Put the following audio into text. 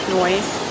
noise